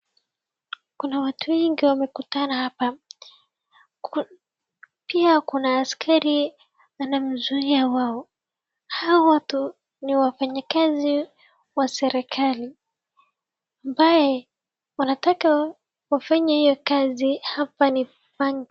Kuna watu wengi wamekutana hapa. Pia kuna askari anamzuia wao. Hawa watu ni wafanyikazi wa serikali, ambaye wanataka wafanye hio kazi, hapa ni benki.